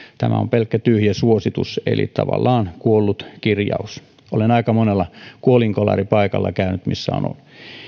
tämä on pelkkä tyhjä suositus eli tavallaan kuollut kirjaus olen käynyt aika monella kuolonkolaripaikalla missä on on